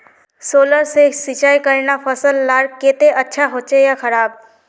Solar से सिंचाई करना फसल लार केते अच्छा होचे या खराब?